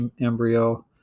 embryo